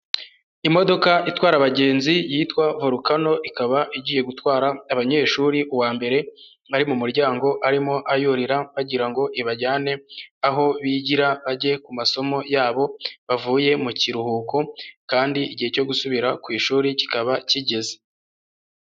Imodoka itwara abagenzi yitwa Volcano, ikaba igiye gutwara abanyeshuri uwa mbere ari mu muryango arimo ayurira, bagira ngo ibajyane aho bigira bajye ku masomo yabo bavuye mu kiruhuko, kandi igihe cyo gusubira ku ishuri kikaba kigeze.